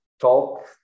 talk